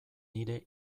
nire